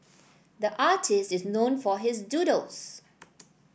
the artist is known for his doodles